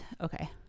Okay